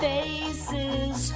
Faces